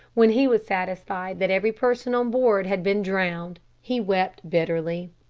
when he was satisfied that every person on board had been drowned he wept bitterly.